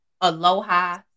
Aloha